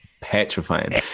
petrifying